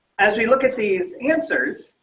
as we look at these answers.